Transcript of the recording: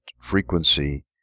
frequency